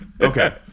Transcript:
Okay